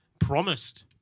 promised